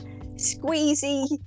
squeezy